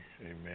Amen